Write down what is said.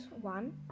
one